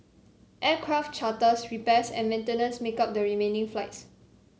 aircraft charters repairs and maintenance make up the remaining flights